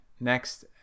Next